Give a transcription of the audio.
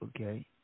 Okay